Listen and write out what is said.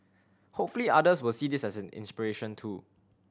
hopefully others will see this as an inspiration too